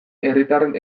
herritarren